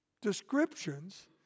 descriptions